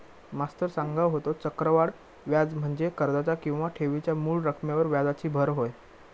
मास्तर सांगा होतो, चक्रवाढ व्याज म्हणजे कर्जाच्या किंवा ठेवीच्या मूळ रकमेवर व्याजाची भर होय